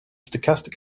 stochastic